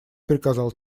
приказал